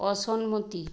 অসম্মতি